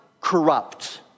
corrupt